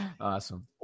Awesome